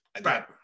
right